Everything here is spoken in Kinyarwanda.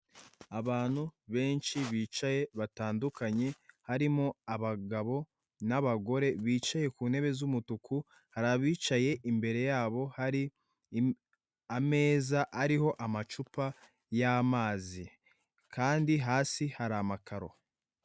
Abantu benshi bicaye batandukanye, harimo abagabo n'abagore bicaye ku ntebe z'umutuku, hari abicaye imbere yabo hari, ime ameza ariho amacupa y'amazi, kandi hasi hari amakaro.